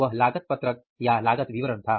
वह लागत पत्र या लागत विवरण था